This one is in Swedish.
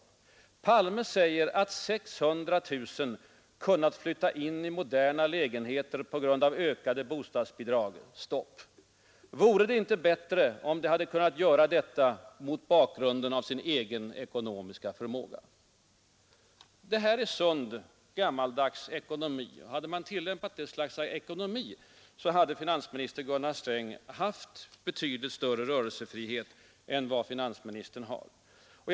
Det heter i telegrammet: ”palme säger 600000 kunnat flytta in i moderna lägenheter på grund av ökade bostadsbidrag stop vore det inte bättre om de kunnat gjort detta mot bakgrunden av egen ekonomisk förmåga?” Detta är sund gammaldags ekonomi. Hade man tillämpat detta slags ekonomi, hade finansminister Sträng kunnat ha betydligt bättre rörelsefrihet än vad finansministern nu har.